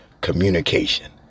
Communication